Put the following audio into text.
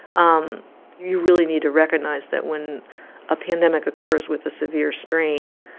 um you really need to recognize that when a pandemic occurs with a severe strain,